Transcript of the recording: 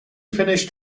finished